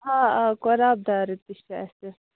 آ آ قۄراب دارٕ تہِ چھِ اَسہِ